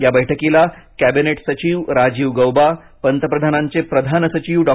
या बैठकीला कॅबिनेट सचिव राजीव गौबा पंतप्रधानांचेप्रधान सचिव डॉ